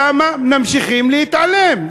למה ממשיכים להתעלם?